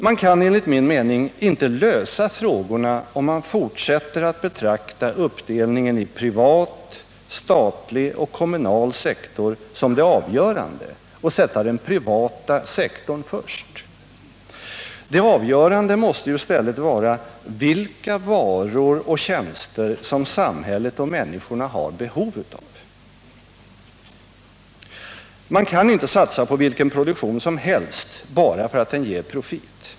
Man kan, enligt min mening, inte lösa frågorna, om man fortsätter att betrakta uppdelningen i privat, statlig och kommunal sektor som det avgörande och sätta den privata sektorn först. Det avgörande måste ju i stället vara vilka varor och tjänster som samhället och människorna har behov av. Man kan inte satsa på vilken produktion som helst bara för att den ger profit.